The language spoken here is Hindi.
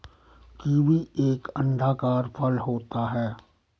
कीवी एक अंडाकार फल होता है